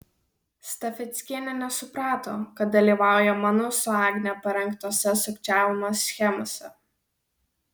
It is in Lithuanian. stafeckienė nesuprato kad dalyvauja mano su agne parengtose sukčiavimo schemose